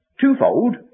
twofold